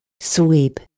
Sweep